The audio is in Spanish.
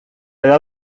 edad